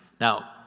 Now